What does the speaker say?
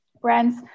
Brands